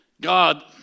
God